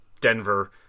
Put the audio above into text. Denver